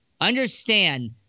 Understand